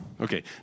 Okay